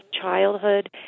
childhood